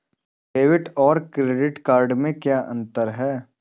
Debit और credit में क्या अंतर है?